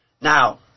Now